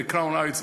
בקראון-הייטס,